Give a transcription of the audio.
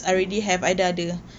hmm